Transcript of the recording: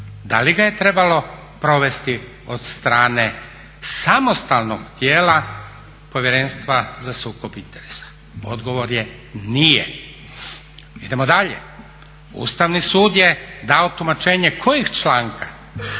da li ga je trebalo provesti od strane samostalnog tijela Povjerenstva za sukob interesa? Odgovor je nije. Idemo dalje. Ustavni sud je dao tumačenje kojeg članka,